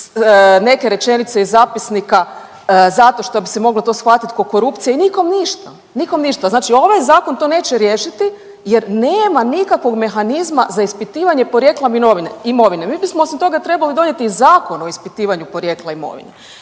neke rečenice iz zapisnika zato što bi se to moglo shvatit ko korupcija i nikom ništa, nikom ništa. Znači ovaj zakon to neće riješiti jer nema nikakvog mehanizma za ispitivanje porijekla imovine. Mi bismo osim toga trebali donijeti Zakon o ispitivanju porijekla imovine